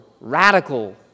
radical